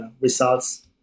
results